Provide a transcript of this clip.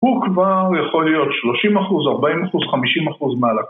הוא כבר יכול להיות 30 אחוז, 40 אחוז, 50 אחוז מעלה.